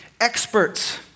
experts